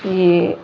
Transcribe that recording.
ఈ